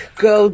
go